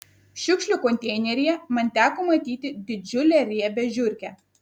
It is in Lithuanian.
šiukšlių konteineryje man teko matyti didžiulę riebią žiurkę